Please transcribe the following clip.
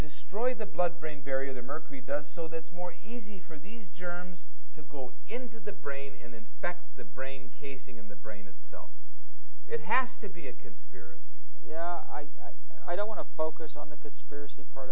destroy the blood brain barrier the mercury does so that's more easy for these germs to go into the brain and in fact the brain casing in the brain itself it has to be a conspiracy yeah i don't want to focus on the conspiracy part